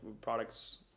products